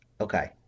Okay